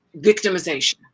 victimization